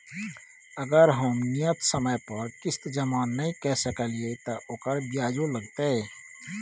अगर हम नियत समय पर किस्त जमा नय के सकलिए त ओकर ब्याजो लगतै?